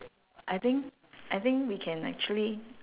I think I think we can actually